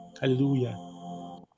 Hallelujah